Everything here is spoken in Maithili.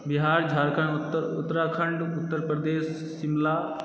बिहार झारखण्ड उत्तराखण्ड उत्तरप्रदेश शिमला